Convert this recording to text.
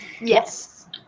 Yes